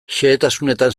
xehetasunetan